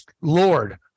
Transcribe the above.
Lord